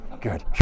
Good